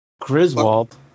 Griswold